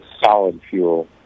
solid-fuel